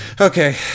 Okay